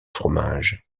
fromage